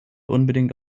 unbedingt